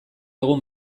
egun